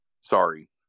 Sorry